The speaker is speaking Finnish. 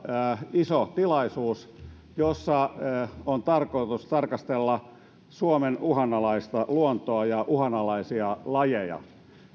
iso tilaisuus jossa on tarkoitus tarkastella suomen uhanalaista luontoa ja uhanalaisia lajeja